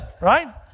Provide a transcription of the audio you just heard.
right